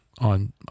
on